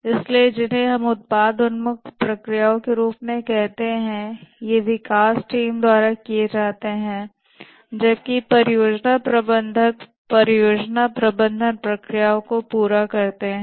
इसलिए जिन्हें हम उत्पाद उन्मुख प्रक्रियाओं के रूप में कहते हैं ये विकास टीम द्वारा किए जाते हैं जबकि परियोजना प्रबंधक परियोजना प्रबंधन प्रक्रियाओं को पूरा करता है